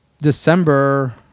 December